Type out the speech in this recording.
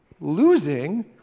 Losing